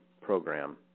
program